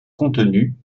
contenu